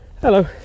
Hello